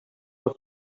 was